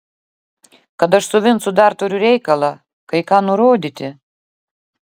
kad aš su vincu dar turiu reikalą kai ką nurodyti